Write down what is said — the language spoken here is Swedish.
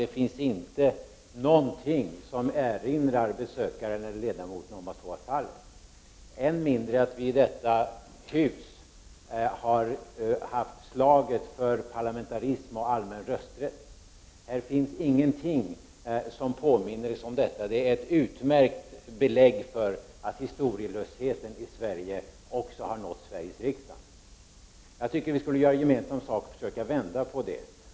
Det finns inte någonting som erinrar besökaren eller ledamoten om att så är fallet. Än mindre om att vi i detta hus har haft slaget för parlamentarism och allmän rösträtt. Här finns ingenting som påminner oss om detta. Det är ett utmärkt belägg för att historielösheten i Sverige också har nått Sveriges riksdag. Jag tycker att vi skall göra gemensam sak och försöka vända på det.